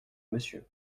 monsieur